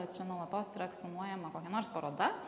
čia nuolatos yra eksponuojama kokia nors paroda